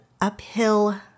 uphill